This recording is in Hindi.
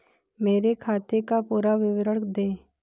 मेरे खाते का पुरा विवरण दे?